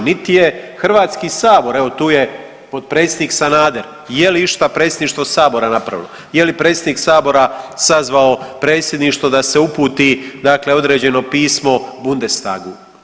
Niti je Hrvatski sabor, evo tu je potpredsjednik Sanader, je li išta Predsjedništvo sabora napravilo, je li predsjednik sabora sazvao Predsjedništvo da se uputi dakle određeno pismo Bundestagu.